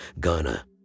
Ghana